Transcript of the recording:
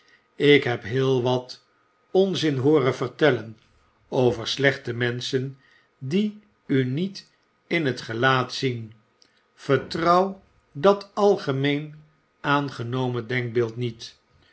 ik heb heel wat onzin hooren vertellen over slechte menschen die u niet in t gelaat zien vertrouw dat algemeen aangenomen denkbeeld met